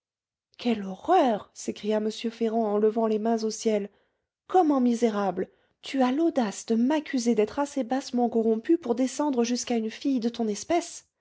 quelle horreur s'écria m ferrand en levant les mains au ciel comment misérable tu as l'audace de m'accuser d'être assez bassement corrompu pour descendre jusqu'à une fille de ton espèce